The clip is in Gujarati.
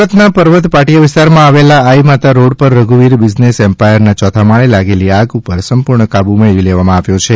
સુરતના પરવત પાટીયા વિસ્તારમાં આવેલા આઈ માતા રોડ પર રઘુવીર બિઝનેસ એમ્પાયરના ચોથા માળે લાગેલી આગ ઉપર સંપૂર્ણ કાબૂ મેળવી લેવામાં આવ્યો છે